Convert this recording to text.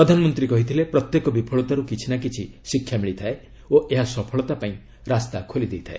ପ୍ରଧାନମନ୍ତ୍ରୀ କହିଥିଲେ ପ୍ରତ୍ୟେକ ବିଫଳତାରୁ କିଛି ନା କିଛି ଶିକ୍ଷା ମିଳିଥାଏ ଓ ଏହା ସଫଳତା ପାଇଁ ରାସ୍ତା ଖୋଲିଦେଇଥାଏ